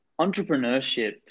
entrepreneurship